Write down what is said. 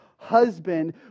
husband